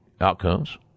outcomes